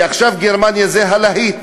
כי עכשיו גרמניה זה הלהיט,